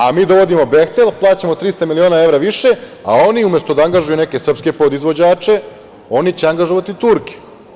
A, mi dovodimo „Behtel“, plaćamo 300 miliona evra više, a oni umesto da angažuju neke srpske podizvođače, oni će angažovati Turke.